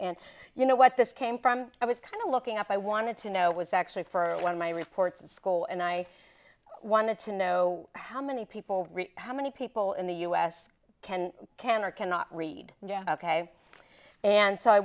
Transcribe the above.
and you know what this came from i was kind of looking up i wanted to know it was actually for one of my reports at school and i wanted to know how many people how many people in the u s can can or cannot read ok and so i